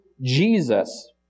Jesus